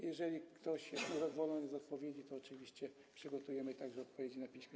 Jeżeli ktoś jest niezadowolony z odpowiedzi, to oczywiście przygotujemy także odpowiedzi na piśmie.